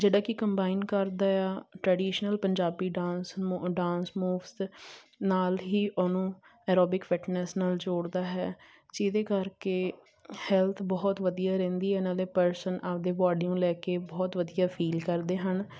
ਜਿਹੜਾ ਕੀ ਕੰਬਾਈਨ ਕਰਦਾਇਆ ਟਰਡੀਸ਼ਨਲ ਪੰਜਾਬੀ ਡਾਂਸ ਮੂਵਸ ਨਾਲ ਹੀ ਉਹਨੂੰ ਐਰੋਬਿਕ ਫਿਟਨੈਸ ਨਾਲ ਜੋੜਦਾ ਹੈ ਜਿਹਦੇ ਕਰਕੇ ਹੈਲਥ ਬਹੁਤ ਵਧੀਆ ਰਹਿੰਦੀ ਐ ਨਾਲੇ ਪਰਸਨ ਆਪਣੀ ਬੋਡੀ ਨੂੰ ਲੈ ਕੇ ਬਹੁਤ ਵਧੀਆ ਫੀਲ ਕਰਦੇ ਹਨ